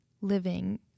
living